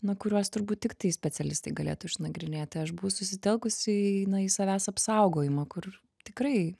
na kuriuos turbūt tiktai specialistai galėtų išnagrinėti aš buvau susitelkusi į na į savęs apsaugojimą kur tikrai